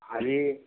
हाँ जी